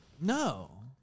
No